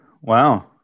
Wow